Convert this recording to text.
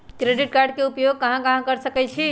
Credit card के उपयोग कहां कहां कर सकईछी?